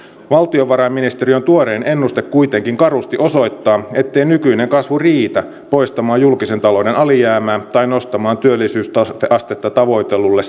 valtiovarainministeriön tuorein ennuste kuitenkin karusti osoittaa ettei nykyinen kasvu riitä poistamaan julkisen talouden alijäämää tai nostamaan työllisyysastetta tavoitellulle